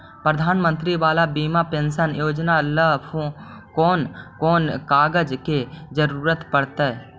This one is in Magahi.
प्रधानमंत्री बाला बिधवा पेंसन योजना ल कोन कोन कागज के जरुरत पड़ है?